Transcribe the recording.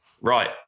Right